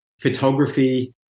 photography